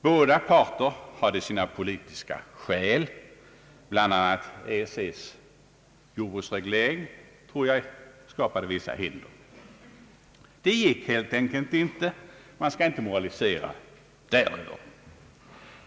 Båda parter hade sina politiska skäl, bl.a. tror jag EEC:s jordbruksreglering skapade vissa hinder. Det gick helt enkelt inte, och man skall inte moralisera däröver.